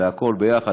והכול ביחד.